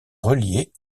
reliée